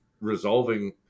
resolving